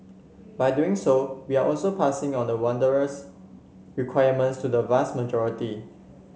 by doing so we are also passing on the onerous requirements to the vast majority